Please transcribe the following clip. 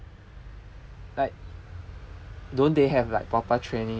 like don't they have like proper training